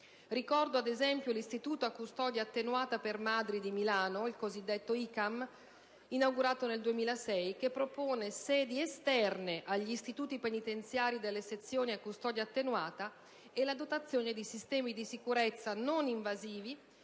Ricordo, ad esempio, l'istituto a custodia attenuata per madri di Milano (il cosiddetto ICAM inaugurato nel 2006), che propone sedi esterne agli istituti penitenziari delle sezioni a custodia attenuata e la dotazione di sistemi di sicurezza non invasivi